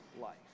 life